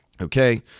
Okay